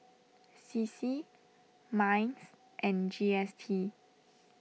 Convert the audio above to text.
C C Minds and G S T